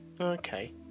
okay